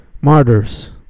Martyrs